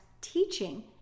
teaching